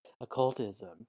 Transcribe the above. occultism